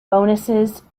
bonuses